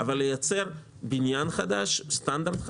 ולייצר בניין חדש עם סטנדרט חדש,